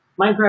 Minecraft